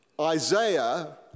Isaiah